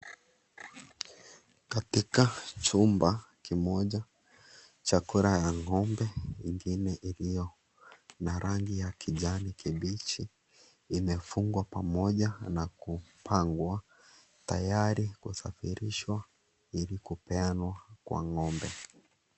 Katika chumba kimocha cha kula ya ngombe, iliyo ya kijani kibichi, imefungwa pamoja na kupangwa, tayari kusadirishwa ili kupeanwa kwa ngombe.